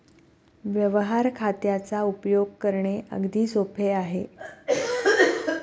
व्यवहार खात्याचा उपयोग करणे अगदी सोपे आहे